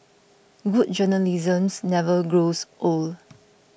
good journalisms never grows old